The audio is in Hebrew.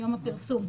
מיום הפרסום.